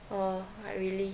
uh I really